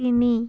তিনি